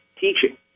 teaching